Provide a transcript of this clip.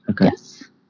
Yes